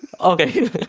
okay